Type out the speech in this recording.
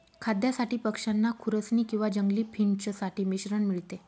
खाद्यासाठी पक्षांना खुरसनी किंवा जंगली फिंच साठी मिश्रण मिळते